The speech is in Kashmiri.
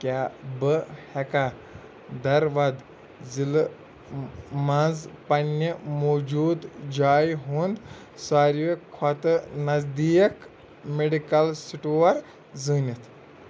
کیٛاہ بہٕ ہٮ۪کا درود ضِلعہٕ مَنٛز پننہِ موجوٗد جایہِ ہُنٛد ساروی کھۄتہٕ نزدیٖک میڈیکل سٹور زٲنِتھ